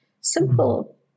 Simple